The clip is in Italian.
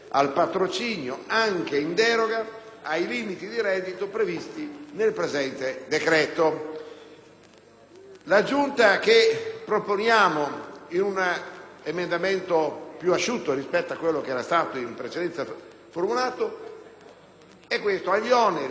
L'aggiunta che proponiamo in un emendamento più asciutto rispetto a quello precedente è la seguente: «2. Agli oneri derivanti dalle disposizioni del presente articolo si provvede con gli ordinari stanziamenti di bilancio».